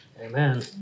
amen